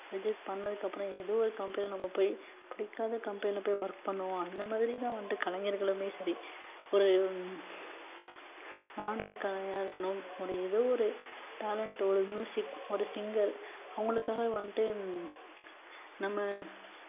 reject பண்ணதுக்கு அப்புறம் ஏதோ ஒரு கம்பெனியில் நம்ம போய் பிடிக்காத கம்பெனியில் போய் ஒர்க் பண்ணுவோம் அந்த மாதிரிதான் வந்துட்டு கலைஞர்களுமே சரி ஒரு நாடக கலைஞராக இருக்கணும் ஒரு ஏதோ ஒரு டேலண்ட்டோ ஒரு ம்யூஸிக் ஒரு சிங்கர் அவங்களுக்காக வந்துட்டு நம்ம